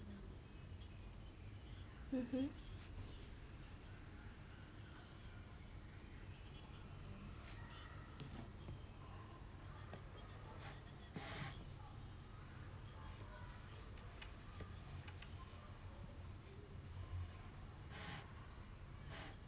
mmhmm